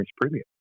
premium